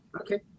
Okay